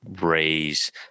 raise